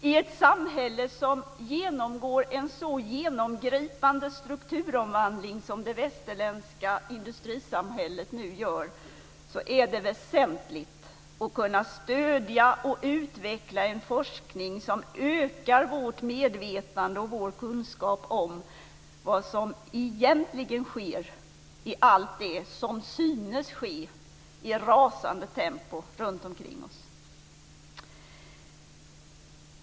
I ett samhälle som genomgår en så genomgripande strukturomvandling som det västerländska industrisamhället nu gör, är det väsentligt att kunna stödja och utveckla en forskning som ökar vårt medvetande och vår kunskap om vad som egentligen sker i allt det som synes ske i ett rasande tempo runtomkring oss.